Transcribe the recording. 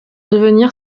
devenir